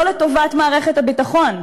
לא לטובת מערכת הביטחון,